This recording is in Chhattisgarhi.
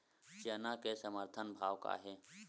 चना के समर्थन भाव का हे?